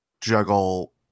juggle